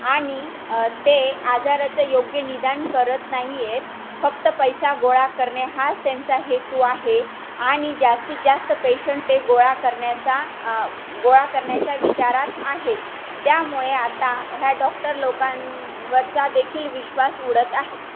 आणि ते आजाराचं योग्य निदान करत नाही आहेत फक्त पैसा गोळा करणे हाच त्यांचा हेतू आहे आणि जास्तीत जास्त पेशंट ते गोळा करण्याचा गोळा करण्याच्या विचारात आहेत त्यामुळे आता ह्या डॉक्टर लोकांवरचा देखील विश्वास उडत आहे